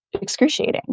excruciating